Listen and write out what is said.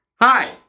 Hi